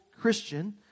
Christian